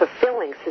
fulfilling